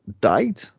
died